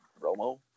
Romo